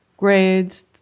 Grades